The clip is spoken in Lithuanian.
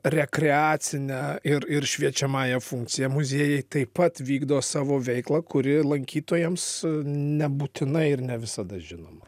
rekreacine ir ir šviečiamąja funkcija muziejai taip pat vykdo savo veiklą kuri lankytojams nebūtinai ir ne visada žinoma